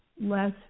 less